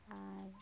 আর